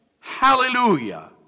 hallelujah